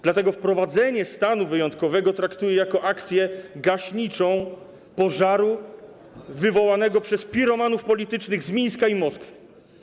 Dlatego wprowadzenie stanu wyjątkowego traktuję jako akcję gaśniczą pożaru wywołanego przez piromanów politycznych z Mińska i Moskwy.